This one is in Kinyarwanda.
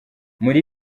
muri